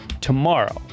tomorrow